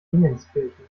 dingenskirchen